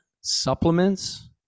supplements